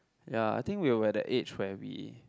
ya I think we will at the age where we